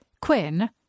Quinn